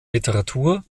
literatur